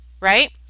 right